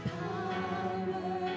power